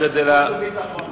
חוץ וביטחון,